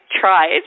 tried